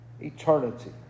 eternity